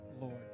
Lord